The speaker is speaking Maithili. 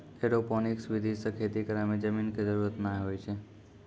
एरोपोनिक्स विधि सॅ खेती करै मॅ जमीन के जरूरत नाय होय छै